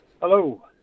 Hello